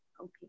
Okay